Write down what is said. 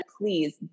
Please